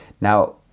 now